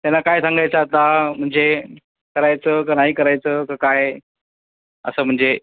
त्यांना काय सांगायचं आता म्हणजे करायचं का नाही करायचं का काय असं म्हणजे